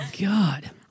God